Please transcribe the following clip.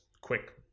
quick